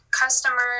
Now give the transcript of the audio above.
customers